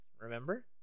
Remember